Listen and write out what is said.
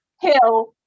hill